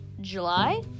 July